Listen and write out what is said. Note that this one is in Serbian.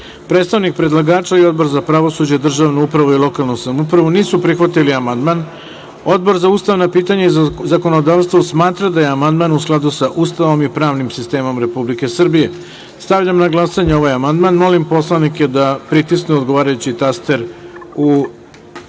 Bajrami. Predstavnik predlagača i Odbor za pravosuđe, državnu upravu i lokalnu samoupravu nisu prihvatili amandman. Odbor za ustavna pitanja i zakonodavstvo smatra da je amandman u skladu sa Ustavom i pravnim sistemom Republike Srbije. Stavljam na glasanje ovaj amandman. Molim poslanike da pritisnu odgovarajući taster. Glasalo